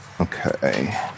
Okay